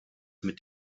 mit